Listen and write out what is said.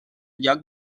lloc